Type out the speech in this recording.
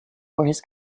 his